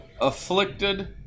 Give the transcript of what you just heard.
Afflicted